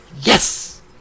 Yes